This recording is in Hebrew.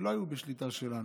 שלא היו בשליטה שלנו,